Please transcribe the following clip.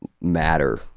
matter